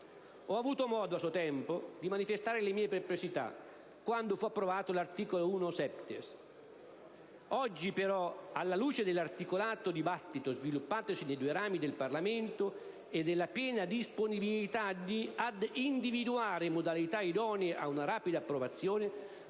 Ho avuto modo, a suo tempo, di manifestare le mie perplessità, quando fu approvato l'articolo 1-*septies*. Oggi, però, alla luce dell'articolato dibattito sviluppatosi nei due rami del Parlamento e della piena disponibilità ad individuare modalità idonee ad una rapida approvazione,